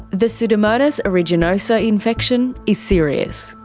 the pseudomonas aeruginosa infection is serious.